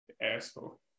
Asshole